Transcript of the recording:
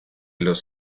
los